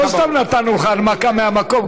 לא סתם נתנו לך הנמקה מהמקום,